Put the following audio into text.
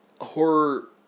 horror